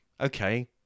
okay